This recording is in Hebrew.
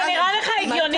זה נראה לך הגיוני?